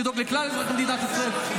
לדאוג לכלל אזרחי מדינת ישראל,